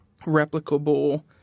replicable